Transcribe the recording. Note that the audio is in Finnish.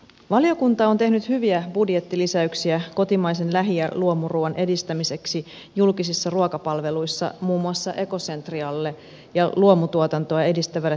valiokunta on tehnyt hyviä budjettilisäyksiä kotimaisen lähi ja luomuruuan edistämiseksi julkisissa ruokapalveluissa muun muassa ekocentrialle ja luomutuotantoa edistävälle tutkimukselle